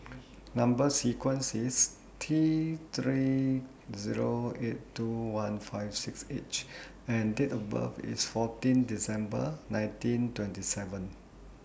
Number sequence IS T three Zero eight two one five six H and Date of birth IS fourteen December nineteen twenty seven